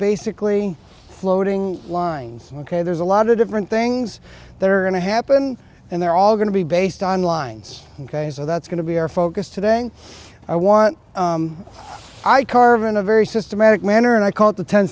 basically floating lines ok there's a lot of different things that are going to happen and they're all going to be based on lines ok and so that's going to be our focus today i want i carve in a very systematic manner and i call it the ten